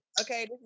okay